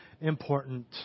important